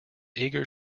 eager